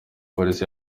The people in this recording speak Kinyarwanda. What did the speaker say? polisi